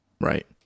Right